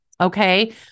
Okay